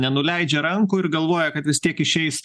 nenuleidžia rankų ir galvoja kad vis tiek išeis